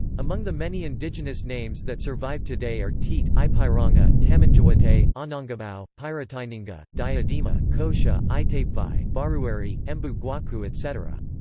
among the many indigenous names that survive today are tiete, ipiranga, tamanduatei, anhangabau, piratininga, diadema, cotia, itapevi, barueri, embu-guacu etc.